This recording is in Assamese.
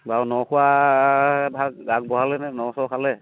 বাৰু ন খোৱা ভাগ আগবঢ়ালেনে ন চ খালে